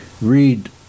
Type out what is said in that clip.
read